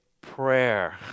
prayer